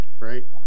right